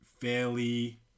fairly